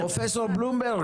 פרופסור בלומברג